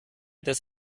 des